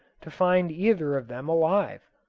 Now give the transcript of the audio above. to find either of them alive.